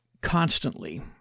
constantly